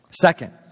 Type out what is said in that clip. Second